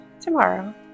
tomorrow